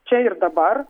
čia ir dabar